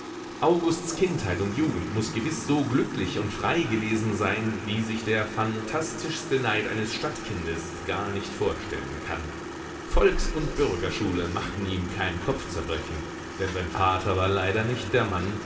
augusts kindheit und jugend muß gewiß so glücklich und frei gewesen sein wie sie sich der phantastischste neid eines stadtkindes gar nicht vorstellen kann volks und bürgerschule machten ihm kein kopfzerbrechen denn sein vater war leider nicht der mann